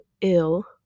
ill